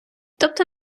тобто